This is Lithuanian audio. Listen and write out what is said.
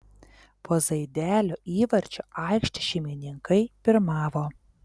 po zaidelio įvarčio aikštės šeimininkai pirmavo